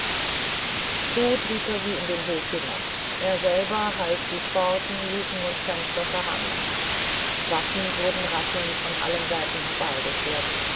so trieb er sie in den hof hinab er selber half die pforten luken und fenster verrammen waffen wurden rasselnd von allen seiten